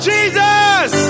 Jesus